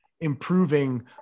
improving